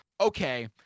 okay